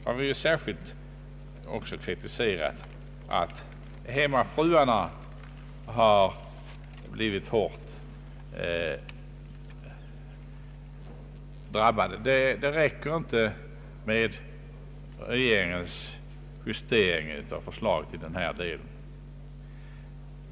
Vad vi särskilt kritiserat är att hemmafruarna blivit hårt drabbade genom skatteförslaget. Det räcker inte med regeringens justering av förslaget i denna del.